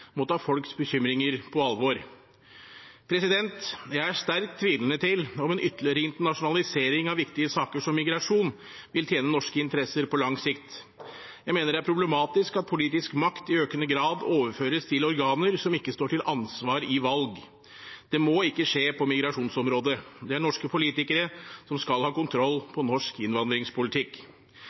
må ta folks bekymringer på alvor. Jeg er sterkt tvilende til om en ytterligere internasjonalisering av viktige saker som migrasjon vil tjene norske interesser på lang sikt. Jeg mener det er problematisk at politisk makt i økende grad overføres til organer som ikke står til ansvar i valg. Det må ikke skje på migrasjonsområdet. Det er norske politikere som skal ha kontroll på norsk innvandringspolitikk.